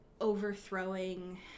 overthrowing